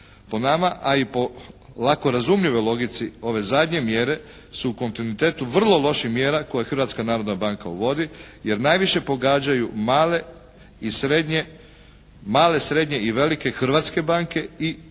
po nama, a i po lako razumljivoj logici ove zadnje mjere su u kontinuitetu vrlo loših mjera koje Hrvatska narodna banka uvodi jer najviše pogađaju male i srednje, male, srednje i velike hrvatske